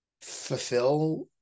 fulfill